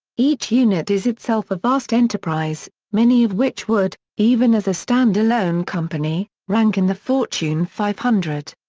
each unit is itself a vast enterprise, many of which would, even as a standalone company, rank in the fortune five hundred.